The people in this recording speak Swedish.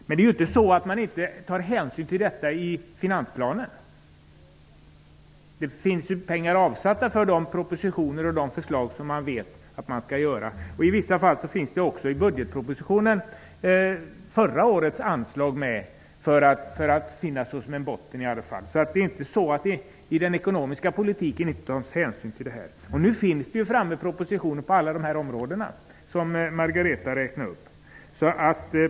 Men det innebär inte att man inte tar hänsyn till detta i finansplanen. Det finns pengar avsatta för de propositioner och förslag som man vet att man skall lägga fram. I vissa fall finns också förra årets anslag med i budgetpropositonen som ett slags botten. Det är alltså inte så att det inte tas hänsyn till dessa förhållanden i den ekonomiska politiken. Nu föreligger också propositioner på alla de områden som Margareta Winberg räknade upp.